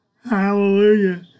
Hallelujah